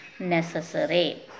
Necessary